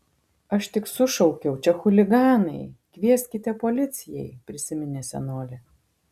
aš tik sušaukiau čia chuliganai kvieskite policijai prisiminė senolė